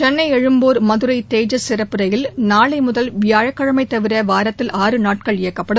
சென்னை எழும்பூர் மதுரை தேஜஸ் சிறப்பு ரயில் நாளை முதல் வியாழக்கிழமை தவிர வாரத்தில் ஆறு நாட்கள் இயக்கப்படும்